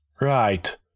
Right